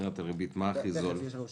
מבחינת הריבית, מה הכי זול?